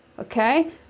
okay